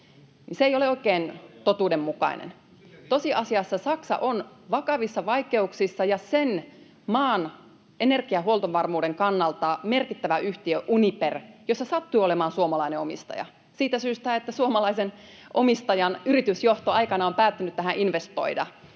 ei ole oikein totuudenmukainen. Tosiasiassa Saksa on vakavissa vaikeuksissa. Sen maan energiahuoltovarmuuden kannalta merkittävä yhtiö, Uniper — jossa sattui olemaan suomalainen omistaja siitä syystä, että suomalaisen omistajan yritysjohto aikanaan on päättänyt tähän investoida